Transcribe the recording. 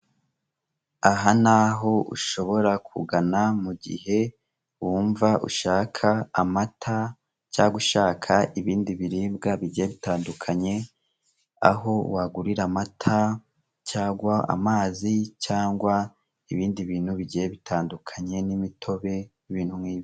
Aha ni aho ushobora kugana mu gihe wumva ushaka amata cyangwa ushaka ibindi biribwa bigiye bitandukanye aho wagurira amata cyangwa amazi cyangwa ibindi bintu bigiye bitandukanye nk'imitobe n'ibindi bintu nk'ibyo.